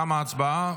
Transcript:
תמה ההצבעה.